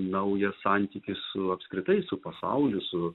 naujas santykis su apskritai su pasauliu su